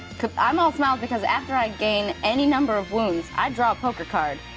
i'm all smiles because after i gain any number of wounds, i draw a poker card,